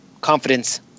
confidence